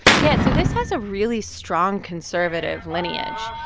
yeah. so this has a really strong conservative lineage.